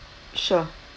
sure